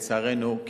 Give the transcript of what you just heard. לצערנו,